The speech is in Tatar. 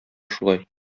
шулай